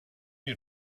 you